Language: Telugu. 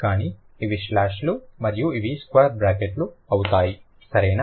కాబట్టి ఇవి స్లాష్లు మరియు ఇవి స్క్వేర్ బ్రాకెట్లు అవుతాయి సరేనా